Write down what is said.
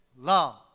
love